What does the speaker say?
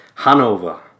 Hanover